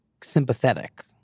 sympathetic